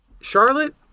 Charlotte